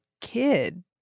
kid